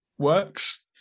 works